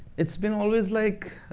it's been always like